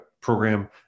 program